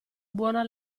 buona